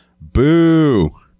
boo